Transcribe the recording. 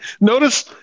Notice